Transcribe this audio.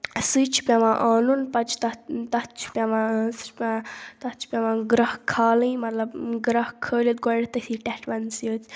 سُے چھُ پیٚوان انُن پَتہٕ چھُ تَتھ تَتھ چھُ پیٚوان سُہ چھُ پیٚوان تَتھ چھُ پیٚوان گَرٛکھ کھالٕنۍ مطلب گرٛکھ کھٲلِتھ گۄڈٕنیٚتھٕے ٹھیٚٹھ وَنسٕے یٲژ